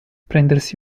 prendersi